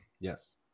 Yes